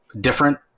different